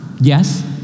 Yes